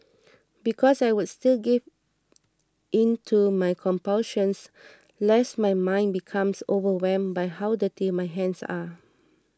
because I would still give in to my compulsions lest my mind becomes overwhelmed by how dirty my hands are